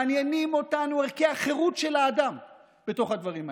מעניינים אותנו ערכי החירות של האדם בתוך הדברים האלה,